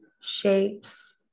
shapes